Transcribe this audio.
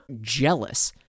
jealous